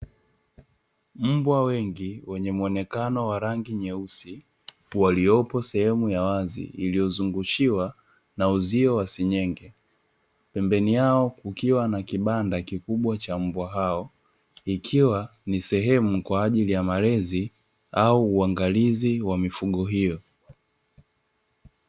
Mbwa wengi wenye muonekano wa rangi nyeusi waliopo sehemu ya wazi iliyozungushiwa na uzio wa senyenge pembeni yao kukiwa na kibanda kikubwa cha mbwa hao, ikiwa ni sehemu kwa ajili ya malezi au uangalizi wa mifugo hiyo.